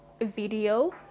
video